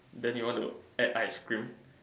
then you want to add ice cream